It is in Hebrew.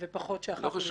ופחות שהח"כים ידברו.